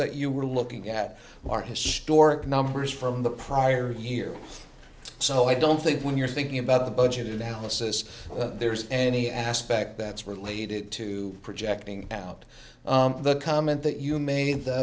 that you were looking at are historic numbers from the prior here so i don't think when you're thinking about the budget houses there's any aspect that's related to projecting out the comment that you made the